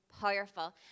powerful